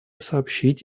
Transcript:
сообщить